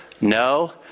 no